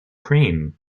cream